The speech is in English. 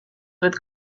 with